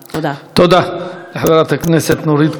תודה לחברת הכנסת נורית קורן.